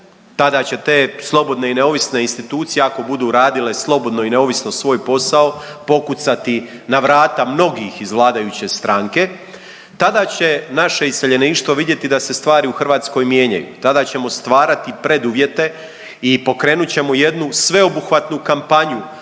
tada će te slobodne i neovisne institucije ako budu radile slobodno i neovisno svoj posao pokucati na vrata mnogih iz vladajuće stranke, tada će naše iseljeništvo vidjeti da se stvari u Hrvatskoj mijenjaju, tada ćemo stvarati preduvjete i pokrenut ćemo jednu sveobuhvatnu kampanju